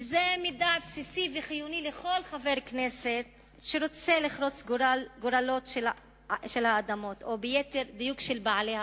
וזה מידע בסיסי וחיוני לכל חבר כנסת שרוצה לחרוץ גורל של בעלי האדמות.